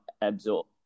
absorb